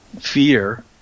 fear